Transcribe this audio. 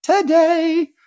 today